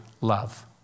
love